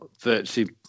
virtually